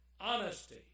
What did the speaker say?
honesty